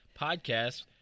podcast